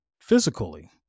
physically